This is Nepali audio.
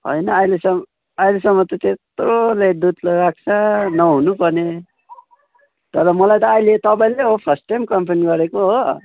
होइन अहिलेसम्म अहिलेसम्म त त्यत्रोले दुध राख्छ नहुनुपर्ने तर मलाई त अहिले तपाईँले हो फर्स्ट टाइम कम्प्लेन गरेको हो